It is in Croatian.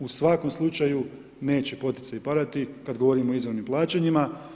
U svakom slučaju, neće poticaji padati, kad govorimo o izravnim plaćanjima.